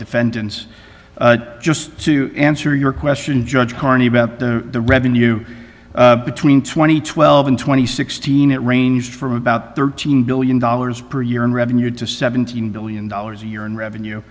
defendants just to answer your question judge carney the revenue between twenty twelve and twenty sixteen it ranged from about thirteen billion dollars per year in revenue to seventeen billion dollars a year in revenue